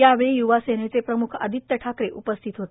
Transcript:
यावेळी य्वा सेनेचे प्रम्ख आदित्य ठाकरे उपस्थित होते